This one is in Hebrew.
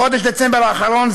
בחודש דצמבר האחרון,